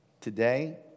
Today